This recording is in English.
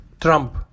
Trump